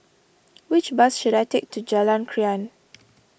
which bus should I take to Jalan Krian